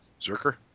Zerker